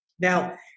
Now